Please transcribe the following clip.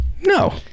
No